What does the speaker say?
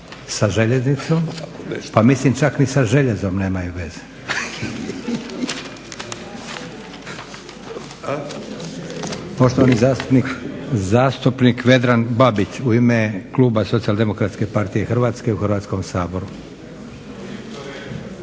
sa željeznicom, pa mislim čak ni sa željezom nemaju veze. Poštovani zastupnik Vedran Babić u ime kluba SDP-a Hrvatske u Hrvatskom saboru.